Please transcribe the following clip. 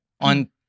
On